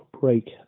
break